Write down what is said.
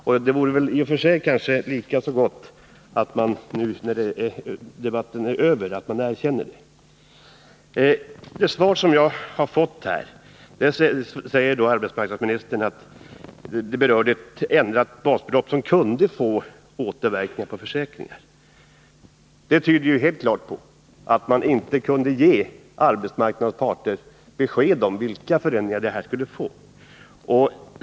Och det vore kanske lika så gott om man nu när debatten är över erkände det. Som svar på min första fråga säger arbetsmarknadsministern att ett ändrat basbelopp kunde få återverkningar på försäkringar. Det tyder helt klart på att regeringen inte kunde ge arbetsmarknadens parter besked om vilka följder en sådan förändring skulle få.